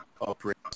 operate